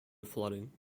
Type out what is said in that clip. flooding